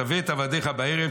צווה את עבדך בערב,